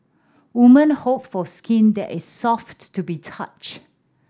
woman hope for skin that is soft to the touch